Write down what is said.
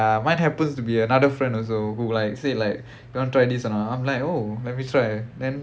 ya mine happens to be another friend also who like say like you want to try this or not I'm like oh let me try then